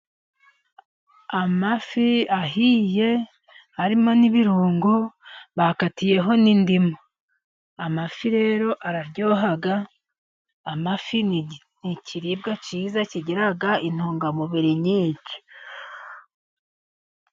Amafi ahiye harimo n'ibirungo .Bakatiyeho n'indimu Amafi rero araryohaga .Amafi n' ikiribwa cyiza kigira intungamubiri nyinshi.